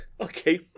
Okay